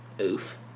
Oof